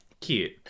Cute